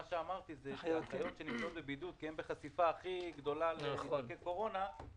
אמרתי שהאחיות בבידוד כי הן בחשיפה הכי גדולה לנדבקי קורונה,